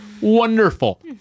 Wonderful